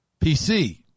PC